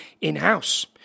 in-house